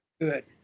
good